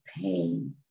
pain